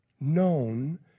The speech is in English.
known